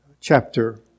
chapter